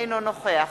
אינו נוכח